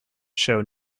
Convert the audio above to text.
show